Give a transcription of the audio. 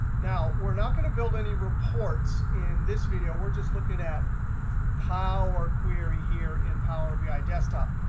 now we're not going to build any reports in this video. we're just looking at power query here in power bi desktop.